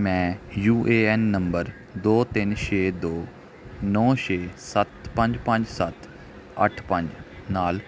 ਮੈਂ U A N ਨੰਬਰ ਦੋ ਤਿੰਨ ਛੇ ਦੋ ਨੌਂ ਛੇ ਸੱਤ ਪੰਜ ਪੰਜ ਸੱਤ ਅੱਠ ਪੰਜ ਨਾਲ